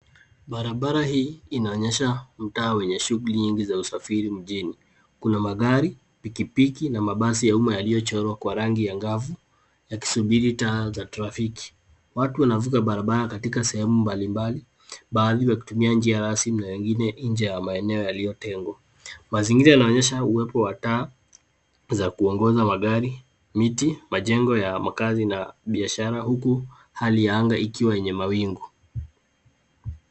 Barabara hii inaonyesha mtaa wenye shughuli nyingi za usafiri mjini kuna magari, pikipiki na mabasi ya umma yaliyochorwa kwa rangi ya ngavu yakisubiri taa za trafiki, watu wanavuka barabara katika sehemu mbalimbali bahali wakutumia njia rasmi na wengine nje ya maeneo yaliyotengwa ,mazingira yanaonyesha uwepo wa taa za kuongoza magari ,miti ,majengo ya makazi na biashara huku hali ya anga ikiwa yenye mawingu.